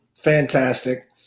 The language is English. fantastic